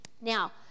Now